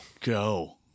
Go